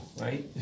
right